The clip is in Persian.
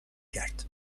کرد